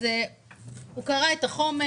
אז הוא קרא את החומר,